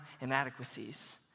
inadequacies